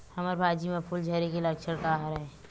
हमर भाजी म फूल झारे के लक्षण का हरय?